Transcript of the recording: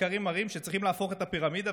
כלומר, פשוט צריכים לסרב להורים באופן גורף.